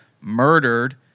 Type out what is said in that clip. murdered